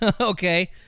Okay